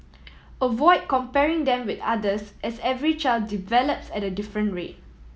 avoid comparing them with others as every child develops at a different rate